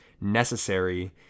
necessary